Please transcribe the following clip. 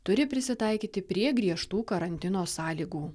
turi prisitaikyti prie griežtų karantino sąlygų